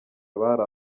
abari